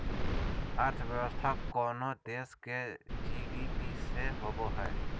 अर्थव्यवस्था कोनो देश के जी.डी.पी से होवो हइ